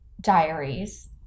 diaries